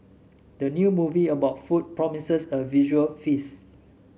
the new movie about food promises a visual feast